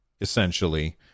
essentially